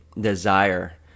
desire